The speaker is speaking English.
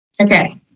Okay